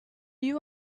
you